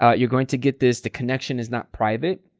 ah you're going to get this the connection is not private.